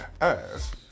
ass